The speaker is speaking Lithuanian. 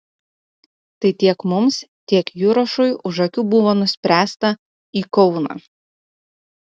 tai tiek mums tiek jurašui už akių buvo nuspręsta į kauną